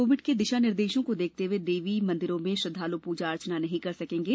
Covid के दिशा निर्देशों को देखते हए देवी मंदिरों में श्रद्धाल् पूजा अर्चना नहीं कर सकेंगे